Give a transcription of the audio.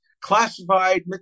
classified